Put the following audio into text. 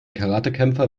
karatekämpfer